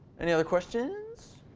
any other questions?